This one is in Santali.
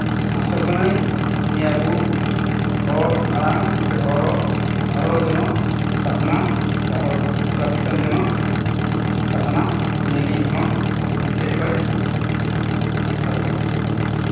ᱟᱥᱚᱜ ᱠᱟᱹᱱᱟᱹᱧ ᱱᱤᱭᱟᱹ ᱟᱵᱚ ᱦᱚᱲ ᱟᱲᱟᱝ ᱥᱮ ᱦᱚᱲ ᱨᱚᱲ ᱟᱨᱚ ᱡᱮᱱᱚ ᱯᱟᱥᱱᱟᱜ ᱜᱚᱴᱟ ᱫᱤᱥᱚᱢ ᱡᱮᱱᱚ ᱯᱟᱥᱱᱟᱜ ᱱᱤᱭᱟᱹ ᱜᱮ ᱤᱧ ᱦᱚᱸ ᱤᱧ ᱴᱷᱮᱱ ᱠᱷᱚᱱ ᱠᱟᱛᱷᱟ ᱫᱚ